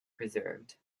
preserved